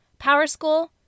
PowerSchool